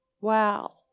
wow